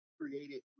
created